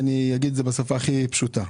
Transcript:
אני אגיד את זה בשפה הכי פשוטה,